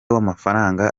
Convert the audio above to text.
w’amafaranga